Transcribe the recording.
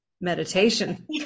meditation